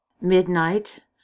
Midnight